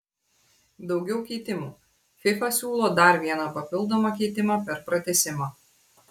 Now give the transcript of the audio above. daugiau keitimų fifa siūlo dar vieną papildomą keitimą per pratęsimą